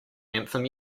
anthem